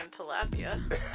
tilapia